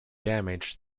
damaged